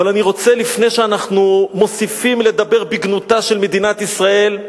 אבל לפני שאנחנו מוסיפים לדבר בגנותה של מדינת ישראל,